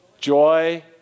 joy